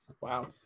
Wow